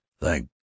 Thank